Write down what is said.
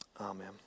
amen